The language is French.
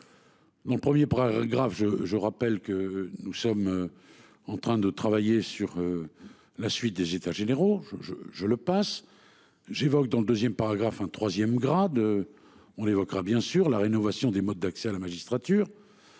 Dans le 1er, grave, je, je rappelle que nous sommes. En train de travailler sur. La suite des états généraux. Je je je le passe j'évoque dans le 2ème paragraphe un 3ème grade. On l'évoquera, bien sûr, la rénovation des modes d'accès à la magistrature.